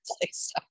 place